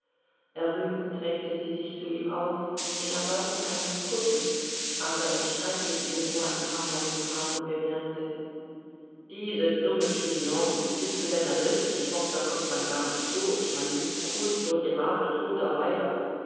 errötend reckte sie sich zu ihm auf in erwartung eines kusses aber er streichelte ihr nur ein paarmal das haar und bemerkte diese dummen chignons bis zu seiner wirklichen tochter kommt man gar nicht durch man liebkost nur die haare toter weiber